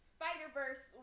Spider-Verse